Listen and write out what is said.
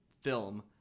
film